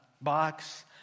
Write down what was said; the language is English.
box